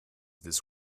this